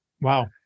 Wow